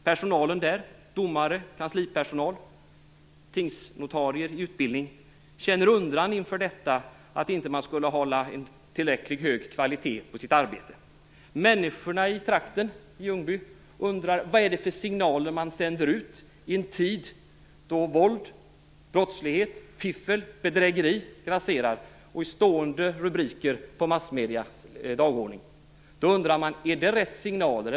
Personalen där, domare, kanslipersonal och tingsnotarier under utbildning, känner undran inför att man inte skulle hålla en tillräckligt hög kvalitet på sitt arbete. Människorna i Ljungby undrar vad för slags signaler det är man sänder ut, i en tid då våld, brottslighet, fiffel och bedrägeri grasserar och är stående rubriker i massmedierna. Då undrar man: Är det rätt signaler?